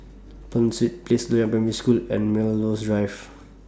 Penshurst Place Loyang Primary School and Melrose Drive